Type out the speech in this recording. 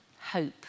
hope